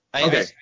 Okay